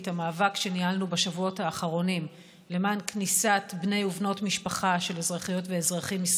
המאבק שניהלנו בשבועות האחרונים למען כניסת בני ובנות משפחה ישראלים,